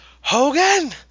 Hogan